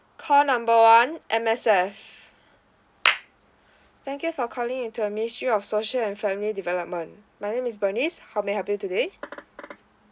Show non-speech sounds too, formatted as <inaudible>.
call number one M_S_F <noise> thank you for calling in to a mystery of social and family development my name is bernice how may I help you today